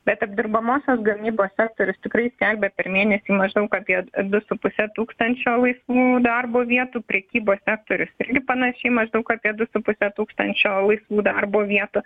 bet apdirbamosios gamybos sektorius tikrai skelbia per mėnesį maždaug apie du su puse tūkstančio laisvų darbo vietų prekybos sektorius ir panašiai maždaug apie du su puse tūkstančio laisvų darbo vietų